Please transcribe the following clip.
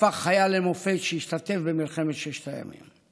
והפך חייל למופת, שהשתתף במלחמת ששת הימים.